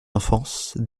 enfance